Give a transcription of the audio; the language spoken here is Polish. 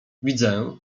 widzę